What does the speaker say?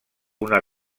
una